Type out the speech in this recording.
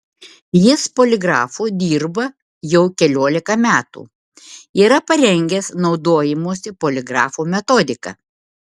jis poligrafu dirba jau keliolika metų yra parengęs naudojimosi poligrafu metodiką